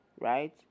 Right